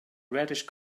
reddish